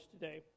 today